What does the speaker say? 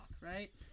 right